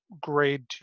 grade